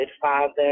father